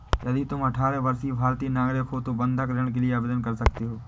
यदि तुम अठारह वर्षीय भारतीय नागरिक हो तो बंधक ऋण के लिए आवेदन कर सकते हो